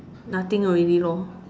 nothing already lor